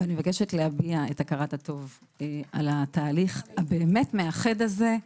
אני מבקשת להביע את הכרת הטוב על התהליך המאחד הזה.